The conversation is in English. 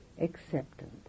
acceptance